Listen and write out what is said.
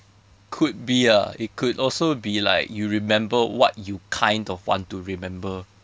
could be lah it could also be like you remember what you kind of want to remember